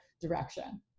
direction